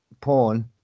porn